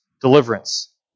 deliverance